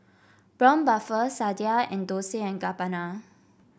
Braun Buffel Sadia and Dolce and Gabbana